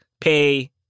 pay